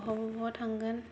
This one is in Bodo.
बहाबा बहाबा थांगोन